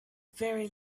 very